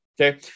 Okay